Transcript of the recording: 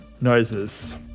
noises